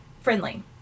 friendly